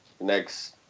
next